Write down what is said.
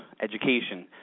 education